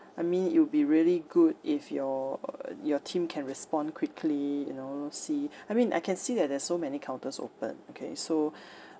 I mean it would be really good if your uh your team can respond quickly you know see I mean I can see that there's so many counters open okay so